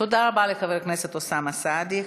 תודה רבה לחבר הכנסת אוסאמה סעדי.